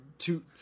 two